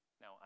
Now